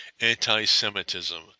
anti-Semitism